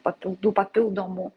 papildų papildomų